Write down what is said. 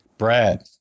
Brad